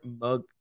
mug